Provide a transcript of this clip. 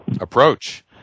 approach